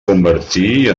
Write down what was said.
convertir